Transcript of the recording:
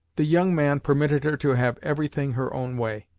the young man permitted her to have every thing her own way,